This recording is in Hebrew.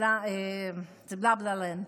לנד.